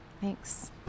Thanks